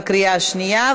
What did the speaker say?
בקריאה שנייה,